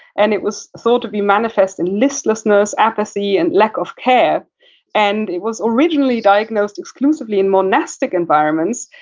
and it was thought to be manifest in listlessness, apathy and lack of care and it was originally diagnosed exclusively in monastic environments.